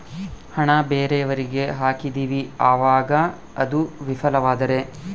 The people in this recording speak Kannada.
ಹಣ ಬೇರೆಯವರಿಗೆ ಹಾಕಿದಿವಿ ಅವಾಗ ಅದು ವಿಫಲವಾದರೆ?